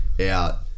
out